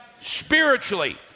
spiritually